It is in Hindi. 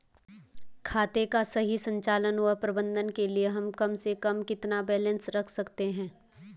खाते का सही संचालन व प्रबंधन के लिए हम कम से कम कितना बैलेंस रख सकते हैं?